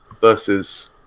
versus